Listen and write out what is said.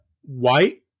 white